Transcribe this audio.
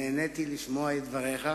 נהניתי לשמוע את דבריך.